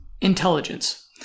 Intelligence